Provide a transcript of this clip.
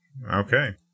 Okay